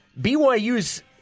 BYU's